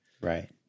Right